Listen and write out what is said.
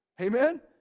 amen